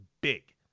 big